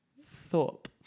Thorpe